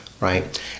right